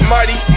Mighty